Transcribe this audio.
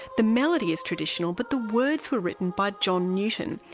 the melody is traditional but the words were written by john newton,